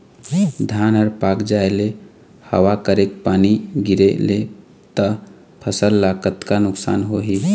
धान हर पाक जाय ले हवा करके पानी गिरे ले त फसल ला कतका नुकसान होही?